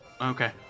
okay